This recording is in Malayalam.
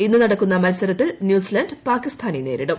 ഇന്ന് നടക്കുന്ന മത്സരത്തിൽ ന്യൂസിലാന്റ് പാകിസ്ഥാനെ നേരിടും